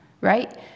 right